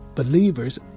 Believers